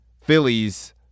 Phillies